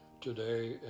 today